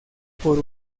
por